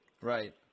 Right